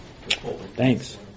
Thanks